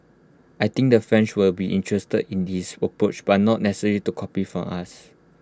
I think the French will be interested in this approach but not necessarily to copy from us